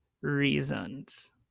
reasons